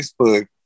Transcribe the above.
facebook